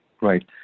Right